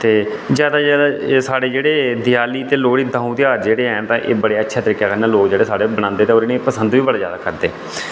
ते ज्यादा दा ज्यादा एह् साढ़े जेहड़े देयाली ते लोहड़ी दौं ध्यार जेहड़े हैन एह् बड़े अच्छे तरीके कन्नै लोग जेह्ड़े साढ़े इत्थै बनांदे ते और इनेंगी पसंद बी बड़े ज्यादा करदे